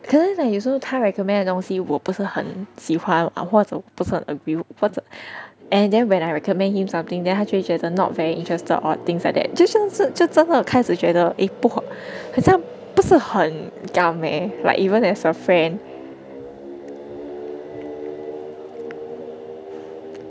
可能 like 有时候他 recommend 的东西我不是很喜欢 or 或者我不是很 agree 或者 and then when I recommend him something then 他就会觉得 not very interested or things like that 就算是就真的开始觉得 eh 不好好像不是很 gam eh like even as a friend